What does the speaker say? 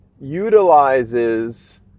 utilizes